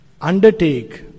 undertake